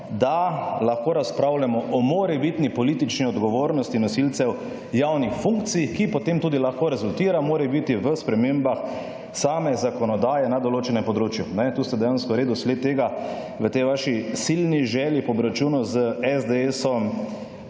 da lahko razpravljamo o morebitni politični odgovornosti nosilcev javnih funkcij, ki potem tudi lahko rezultira morebiti v spremembah same zakonodaje na določenem področju. Kajne, tu ste dejansko v redu sled tega, v tej vaši silni želji po obračunu z SDS-om,